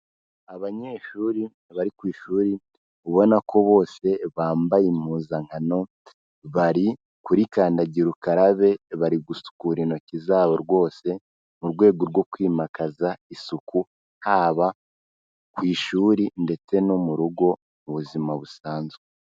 Abanyeshuri bari ku ishuri ubona ko bose bambaye impuzankano, bari kuri kandagira ukarabe bari gusukura intoki zabo rwose mu rwego rwo kwimakaza isuku, haba ku ishuri ndetse no mu rugo mu buzima busanzwe.